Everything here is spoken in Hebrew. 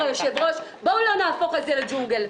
בואו לא נהפוך את זה לג'ונגל.